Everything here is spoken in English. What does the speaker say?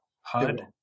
Hud